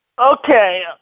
Okay